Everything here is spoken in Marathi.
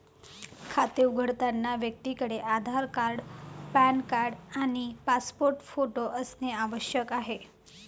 खाते उघडताना व्यक्तीकडे आधार कार्ड, पॅन कार्ड आणि पासपोर्ट फोटो असणे आवश्यक आहे